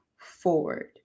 forward